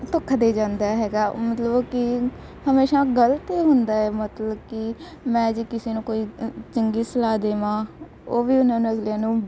ਧੋਖਾ ਦੇ ਜਾਂਦਾ ਹੈਗਾ ਮਤਲਬ ਕਿ ਹਮੇਸ਼ਾ ਗਲਤ ਏ ਹੁੰਦਾ ਮਤਲਬ ਕਿ ਮੈਂ ਜੇ ਕਿਸੇ ਨੂੰ ਕੋਈ ਚੰਗੀ ਸਲਾਹ ਦੇਵਾਂ ਉਹ ਵੀ ਉਹਨਾਂ ਨੂੰ